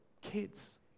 kids